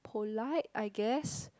polite I guess